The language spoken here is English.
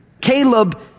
Caleb